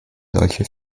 solche